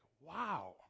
wow